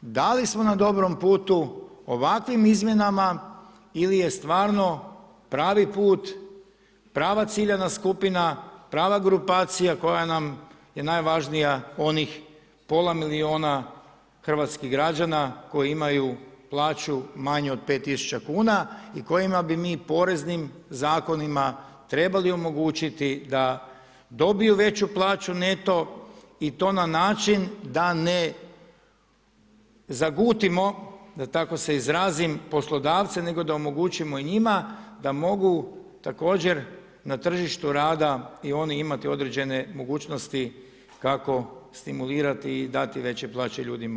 da li smo na dobrom putu ovakvim izmjenama ili je stvarno pravi put, prava ciljana skupina, prava grupacija koja nam je najvažnija onih pola milijuna hrvatskih građana koji imaju plaću manju od 5 tisuća kuna i kojima bi mi poreznim zakonima trebali omogućiti da dobiju veću plaću neto i to na način da ne zagutimo da tako se izrazim poslodavce nego da omogućimo i njima da mogu također na tržištu rada i oni imati određene mogućnosti kako stimulirati i dati veće plaće ljudima.